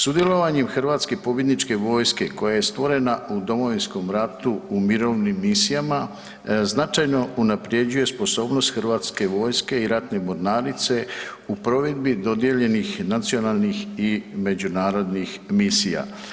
Sudjelovanjem hrvatske pobjedničke vojske koja je stvorena u Domovinskom ratu u mirovnim misijama značajno unapređuje sposobnost hrvatske vojske i ratne mornarice u provedbi dodijeljenih i međunarodnih misija.